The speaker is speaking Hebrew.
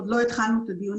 עוד לא התחלנו את הדיונים.